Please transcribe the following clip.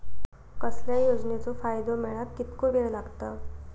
कसल्याय योजनेचो फायदो मेळाक कितको वेळ लागत?